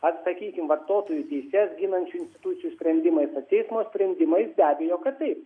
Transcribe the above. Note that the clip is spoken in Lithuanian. vat sakykim vartotojų teises ginančių institucijų sprendimais teismo sprendimais be abejo kad taip